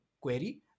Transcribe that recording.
query